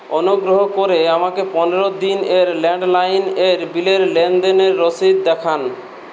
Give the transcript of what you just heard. অনুগ্রহ করে আমাকে পনেরো দিনের ল্যান্ডলাইন এর বিলের লেনদেনের রসিদ দেখান